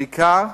בעיקר,